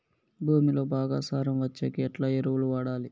భూమిలో బాగా సారం వచ్చేకి ఎట్లా ఎరువులు వాడాలి?